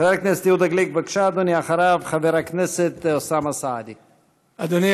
חבר הכנסת יהודה גליק, בבקשה, אדוני.